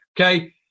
Okay